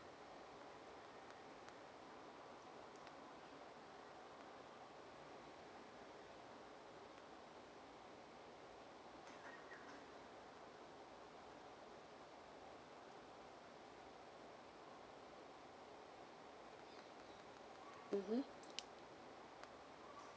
mmhmm